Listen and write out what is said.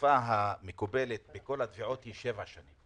התקופה המקובלת בכל התביעות היא שבע שנים.